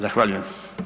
Zahvaljujem.